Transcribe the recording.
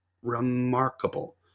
remarkable